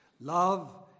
Love